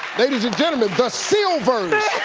ladies and gentlemen, the silvers.